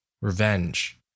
revenge